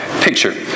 picture